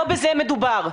לא בזה מדובר.